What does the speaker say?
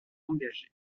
engagée